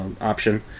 option